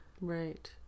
Right